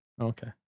Okay